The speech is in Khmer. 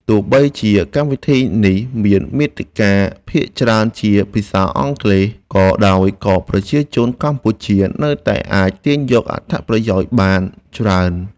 ទោះបីជាកម្មវិធីនេះមានមាតិកាភាគច្រើនជាភាសាអង់គ្លេសក៏ដោយក៏ប្រជាជនកម្ពុជានៅតែអាចទាញយកអត្ថប្រយោជន៍បានច្រើន។